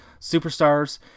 superstars